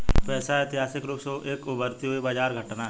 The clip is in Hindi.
पैसा ऐतिहासिक रूप से एक उभरती हुई बाजार घटना है